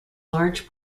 large